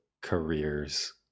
careers